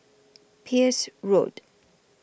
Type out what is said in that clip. Peirce Road